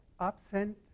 Absent